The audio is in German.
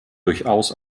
durchaus